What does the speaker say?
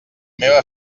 meva